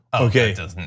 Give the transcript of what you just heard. Okay